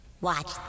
Watch